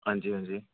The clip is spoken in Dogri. हंजी हंजी